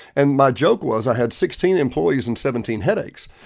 and my joke was i had sixteen employees and seventeen headaches.